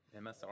MSR